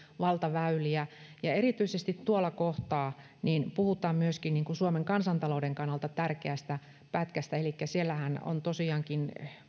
valtaväyliä ja erityisesti tuolla kohtaa puhutaan myöskin suomen kansantalouden kannalta tärkeästä pätkästä elikkä siellähän on tosiaankin